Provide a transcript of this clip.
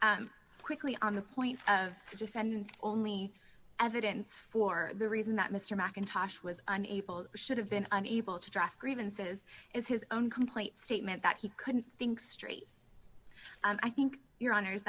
quickly on the point of the defendants only evidence for the reason that mr mackintosh was unable or should have been unable to draft grievances is his own complaint statement that he couldn't think straight and i think your honor